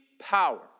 power